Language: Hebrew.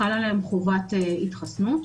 הוא חובת התחסנות,